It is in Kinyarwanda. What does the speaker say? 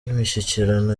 imishyikirano